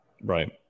right